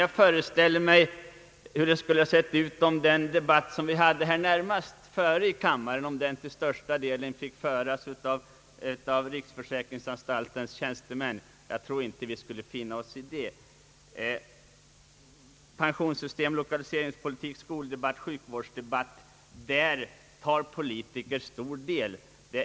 Jag föreställer mig hur det skulle sett ut om den debatt om pensionsåldern som vi nyss förde här i kammaren till största delen fått föras av riksförsäkringsverkets tjänstemän. Pensionssystem, lokaliseringspolitik, skoldebatt, sjukvårdsdebatt etc. — där har politiker stor del.